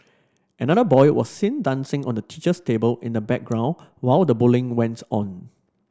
another boy was seen dancing on the teacher's table in the background while the bullying went on